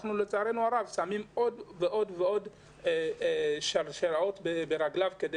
אנחנו לצערנו הרב שמים עוד ועוד משקולות על רגליו כדי